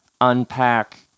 unpack